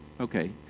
okay